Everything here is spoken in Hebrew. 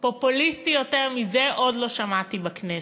פופוליסטי יותר מזה עוד לא שמעתי בכנסת.